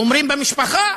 אומרים במשפחה,